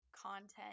content